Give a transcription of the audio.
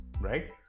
right